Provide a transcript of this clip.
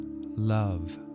Love